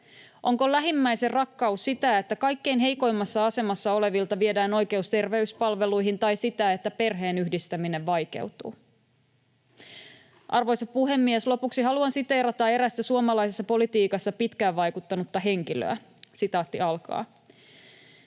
Onko lähimmäisenrakkaus sitä, että kaikkein heikoimmassa asemassa olevilta viedään oikeus terveyspalveluihin, tai sitä, että perheenyhdistäminen vaikeutuu? Arvoisa puhemies! Lopuksi haluan siteerata erästä suomalaisessa politiikassa pitkään vaikuttanutta henkilöä: ”Emme voi antaa